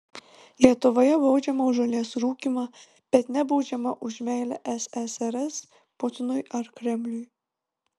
lietuvoje baudžiama už žolės rūkymą bet nebaudžiama už meilę ssrs putinui ar kremliui